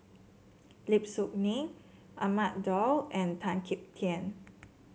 Lim Soo Ngee Ahmad Daud and Tan Kim Tian